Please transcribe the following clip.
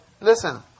listen